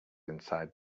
inside